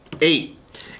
Eight